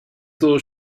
though